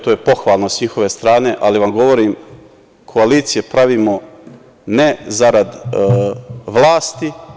To je pohvalno sa njihove strane, ali vam govorim - koalicije pravimo ne zarad vlasti.